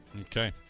Okay